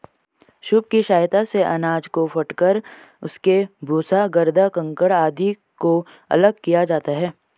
soup की सहायता से अनाज को फटक कर उसके भूसा, गर्दा, कंकड़ आदि को अलग किया जाता है